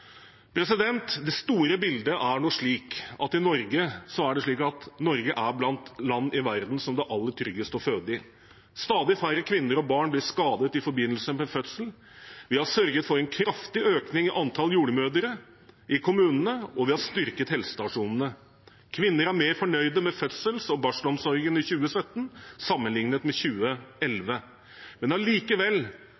Det store bildet er nå slik at Norge er blant de land i verden som det er aller tryggest å føde i. Stadig færre kvinner og barn blir skadet i forbindelse med fødsel. Vi har sørget for en kraftig økning i antall jordmødre i kommunene, og vi har styrket helsestasjonene. Kvinner er mer fornøyd med fødsels- og barselomsorgen i 2017 sammenlignet med